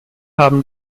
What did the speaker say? haben